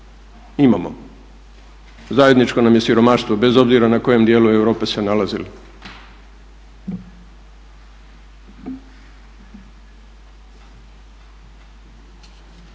Imamo, zajedničko nam je siromaštvo bez obzira na kojem dijelu Europe se nalazili.